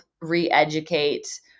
re-educate